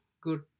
good